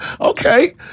Okay